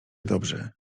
dobrzy